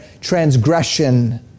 transgression